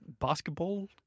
Basketball